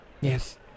Yes